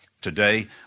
Today